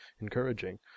encouraging